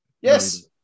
Yes